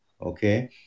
Okay